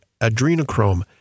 adrenochrome